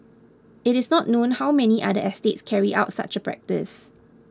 it is not known how many other estates carried out such a practice